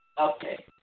Okay